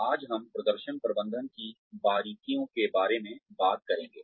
आज हम प्रदर्शन प्रबंधन की बारीकियों के बारे में बात करेंगे